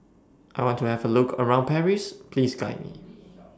I want to Have A Look around Paris Please Guide Me